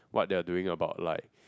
what they are doing about like